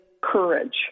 courage